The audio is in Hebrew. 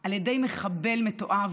על ידי מחבל מתועב.